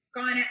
gone